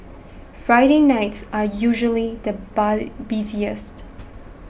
Friday nights are usually the buy busiest